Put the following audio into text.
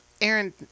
Aaron